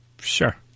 Sure